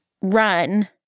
Run